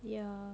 ya